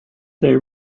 they